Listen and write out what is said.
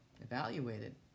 evaluated